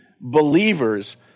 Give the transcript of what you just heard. believers